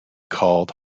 called